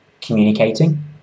communicating